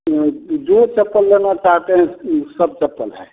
जो चप्पल लेना चाहते हैं सब चप्पल है